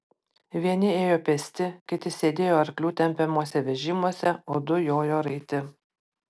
vieni ėjo pėsti kiti sėdėjo arklių tempiamuose vežimuose o du jojo raiti